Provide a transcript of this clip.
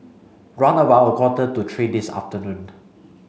round about a quarter to three this afternoon